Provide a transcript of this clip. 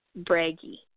braggy